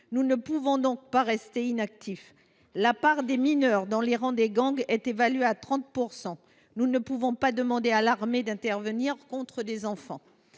nous ne pouvons pas rester inactifs. La part des mineurs dans les rangs des gangs est évaluée à 30 %. Bien sûr, nous ne pouvons pas demander à l’armée d’intervenir contre des enfants.